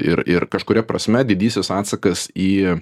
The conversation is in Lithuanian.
ir ir kažkuria prasme didysis atsakas į